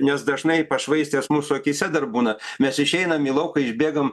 nes dažnai pašvaistės mūsų akyse dar būna mes išeinam į lauką išbėgam